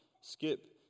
skip